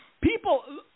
people